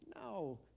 No